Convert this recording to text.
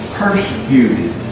persecuted